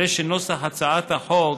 הרי נוסח הצעת החוק